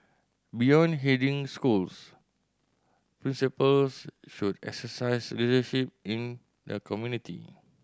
beyond heading schools principals should exercise leadership in the community